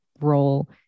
role